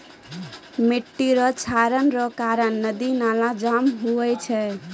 मिट्टी रो क्षरण रो कारण नदी नाला जाम हुवै छै